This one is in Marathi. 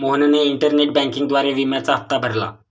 मोहनने इंटरनेट बँकिंगद्वारे विम्याचा हप्ता भरला